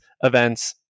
events